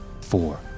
four